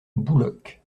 bouloc